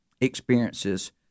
experiences